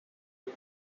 and